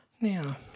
Now